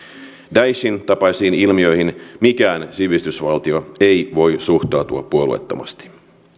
daeshin tapaisiin ilmiöihin mikään sivistysvaltio ei voi suhtautua puolueettomasti